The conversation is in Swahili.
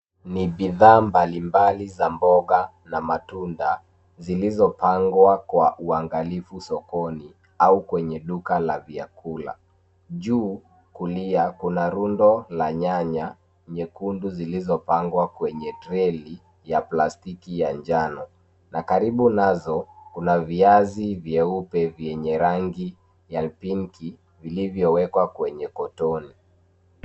Ni bidhaa mbalimbali za mboga na matunda zilizopangwa kwa uangalifu sokoni au kwenye duka la vyakula. Juu kulia, kundo rundo la nyanya nyekundu zilizopangwa kwenye treli ya plastiki ya njano, na karibu nazo, kuna viazi vyeupe vyenye rangi ya pinki vilivyowekwa kwenye kotoni.